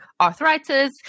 arthritis